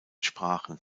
sprachen